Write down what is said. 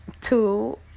two